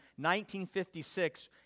1956